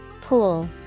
Pool